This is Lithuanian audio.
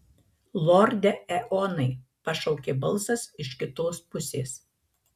lorde eonai pašaukė balsas iš kitos pusės